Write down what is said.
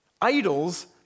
Idols